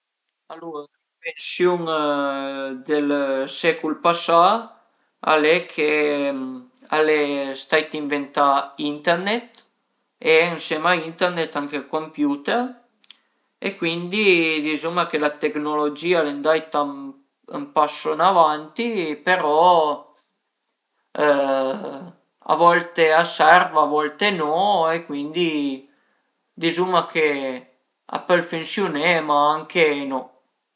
Alura l'invensiun dël secul pasà al e che al e stait ënventà Internet e ënsema a Internet anche ël computer e cuindi dizuma che la tecnologìa al e andaita ën passo ën avanti però a volte a serv, a volte no e cuindi dizuma che a pöl fünsiuné, ma anche no